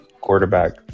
quarterback